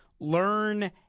learn